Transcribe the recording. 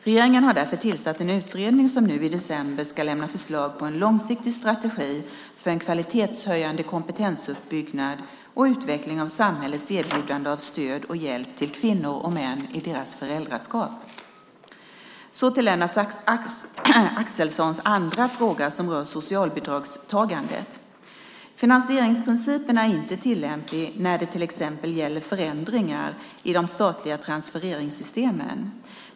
Regeringen har därför tillsatt en utredning som nu i december ska lämna förslag på en långsiktig strategi för en kvalitetshöjande kompetensuppbyggnad och utveckling av samhällets erbjudande av stöd och hjälp till kvinnor och män i deras föräldraskap. Så till Lennart Axelssons andra fråga som rör socialbidragstagandet. Finansieringsprincipen är inte tillämplig när det till exempel gäller förändringar i de statliga transfereringssystemen.